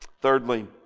thirdly